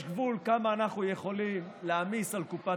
ויש מי שמטפל בילדה.